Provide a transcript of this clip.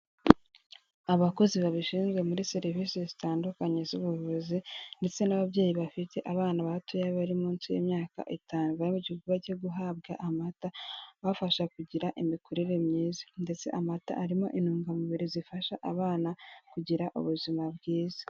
Abakozi babishinzwe muri serivisi zitandukanye z'ubuvuzi ndetse n'ababyeyi bafite abana batoya bari munsi y'imyaka itanu bari mu gikorwa cyo guhabwa amata abafasha kugira imikurire myiza, ndetse amata arimo intungamubiri zifasha abana kugira ubuzima bwiza.